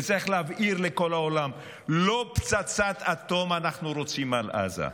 וצריך להבהיר לכל העולם: לא פצצת אטום אנחנו רוצים על עזה,